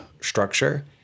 structure